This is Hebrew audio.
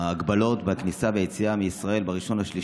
ההגבלות הכניסה והיציאה לישראל ב-1 במרץ,